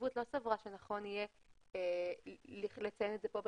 והנציבות לא סברה שנכון יהיה לציין את זה כאן